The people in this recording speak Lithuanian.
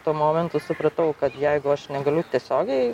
tuo momentu supratau kad jeigu aš negaliu tiesiogiai